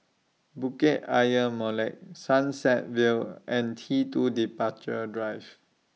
Bukit Ayer Molek Sunset Vale and T two Departure Drive